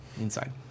inside